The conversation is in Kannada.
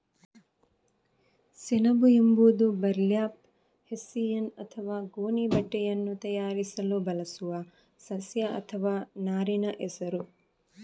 ಸೆಣಬು ಎಂಬುದು ಬರ್ಲ್ಯಾಪ್, ಹೆಸ್ಸಿಯನ್ ಅಥವಾ ಗೋಣಿ ಬಟ್ಟೆಯನ್ನು ತಯಾರಿಸಲು ಬಳಸುವ ಸಸ್ಯ ಅಥವಾ ನಾರಿನ ಹೆಸರು